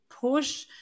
push